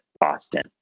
Boston